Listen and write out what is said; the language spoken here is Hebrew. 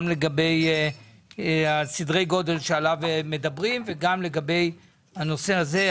גם לגבי סדרי גודל עליהם מדברים וגם לגבי הנושא הזה.